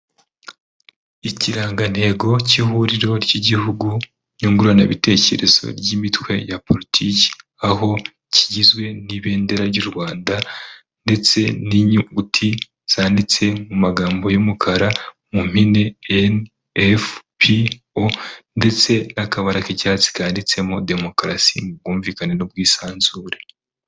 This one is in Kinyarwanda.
Ikirangantego cy'ihuriro ry'igihugu nyunguranabitekerezo ry'imitwe ya politiki, aho kigizwe n'ibendera ry'u Rwanda ndetse n'inyuguti zanditse mu magambo y'umukara, mu mpine N.F.P.O ndetse n'akabara k'icyatsi kanditsemo demokarasi mu bwumvikane n'ubwisanzure.